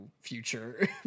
future